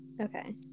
Okay